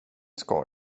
ska